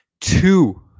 two